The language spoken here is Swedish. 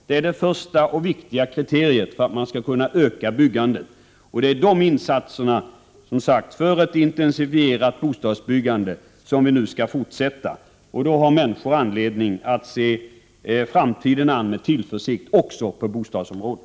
Det är det första och viktigaste kriteriet för att man skall kunna öka byggandet. Det är dessa insatser för ett intensifierat bostadsbyggande som vi skall fortsätta. Då har människor anledning att se framtiden an med tillförsikt också på bostadsområdet.